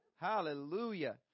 Hallelujah